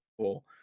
cool